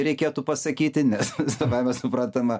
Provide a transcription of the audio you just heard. reikėtų pasakyti nes savaime suprantama